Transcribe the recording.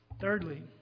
Thirdly